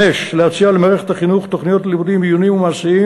5. להציע למערכת החינוך תוכניות ללימודים עיוניים ומעשיים